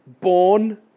born